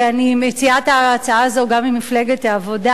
ואני מציעה את ההצעה הזאת גם בשם מפלגת העבודה,